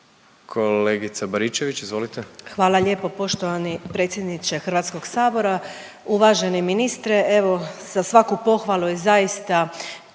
**Baričević, Danica (HDZ)** Hvala lijepo poštovani predsjedniče Hrvatskog sabora. Uvaženi ministre, evo za svaku pohvalu je zaista